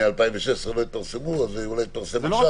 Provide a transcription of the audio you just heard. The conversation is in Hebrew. מ-2016 הם לא התפרסמו אז אולי יתפרסמו עכשיו.